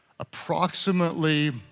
Approximately